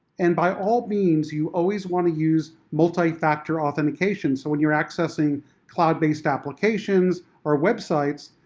and by all means you always want to use multi-factor authentication, so when you're accessing cloud-based applications or websites,